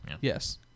yes